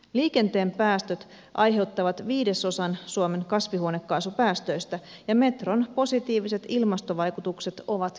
liikenteen päästöt aiheuttavat viidesosan suomen kasvihuonekaasupäästöistä ja metron positiiviset ilmastovaikutukset ovat kiistattomat